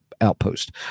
outpost